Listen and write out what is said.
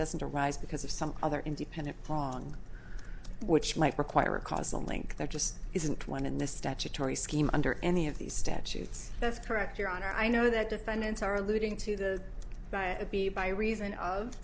doesn't arise because of some other independent pong which might require a causal link there just isn't one in the statutory scheme under any of these statutes that's correct your honor i know that defendants are alluding to the be by reason of